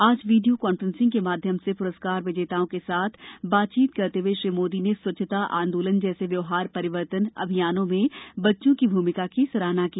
आज video conferencing के माध्यम से प्रस्कार विजेताओं के साथ बातचीत करते हुए श्री मोदी ने स्वच्छ्ता आंदोलन जैसे व्यवहार परिवर्तन अभियानों में बच्चों की भूमिका की सराहना की